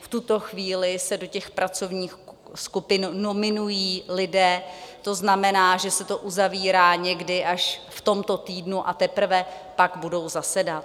V tuto chvíli se do těch pracovních skupin nominují lidé, to znamená, že se to uzavírá někdy až v tomto týdnu a teprve až pak budou zasedat.